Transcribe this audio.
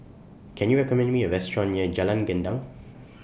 Can YOU recommend Me A Restaurant near Jalan Gendang